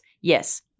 yes